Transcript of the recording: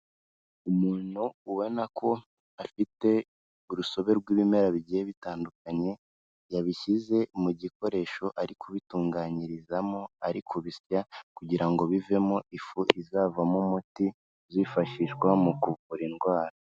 Umuntu ubona ko afite urusobe rw'ibimera bigiye bitandukanye, yabishyize mu gikoresho ari kubitunganyirizamo ari kubisya kugira ngo bivemo ifu izavamo umuti uzifashishwa mu kuvura indwara.